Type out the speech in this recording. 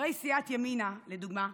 חברי סיעת ימינה, לדוגמה,